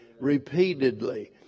repeatedly